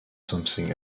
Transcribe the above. something